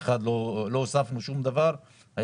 לא הוספנו שום דבר.